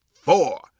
four